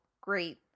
great